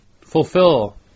fulfill